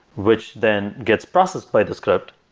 which then gets processed by the script,